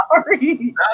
Sorry